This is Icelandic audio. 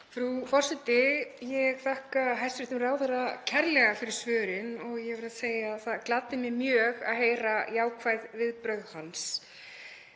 Frú forseti. Ég þakka hæstv. ráðherra kærlega fyrir svörin. Ég verð að segja að það gladdi mig mjög að heyra jákvæð viðbrögð hans.